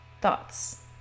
thoughts